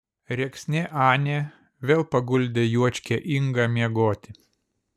rėksnė anė vėl paguldė juočkę ingą miegoti